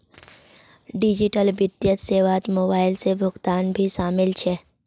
digital वित्तीय सेवात mobile से भुगतान भी शामिल छे